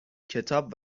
کتاب